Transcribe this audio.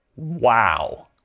Wow